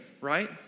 right